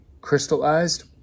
crystallized